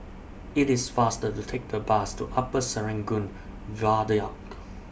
IT IS faster to Take The Bus to Upper Serangoon Viaduct